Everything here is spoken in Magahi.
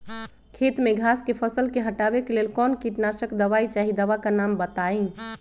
खेत में घास के फसल से हटावे के लेल कौन किटनाशक दवाई चाहि दवा का नाम बताआई?